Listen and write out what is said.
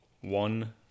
One